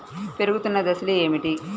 పెరుగుతున్న దశలు ఏమిటి?